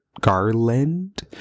Garland